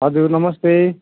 हजुर नमस्ते